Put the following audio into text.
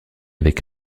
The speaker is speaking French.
avec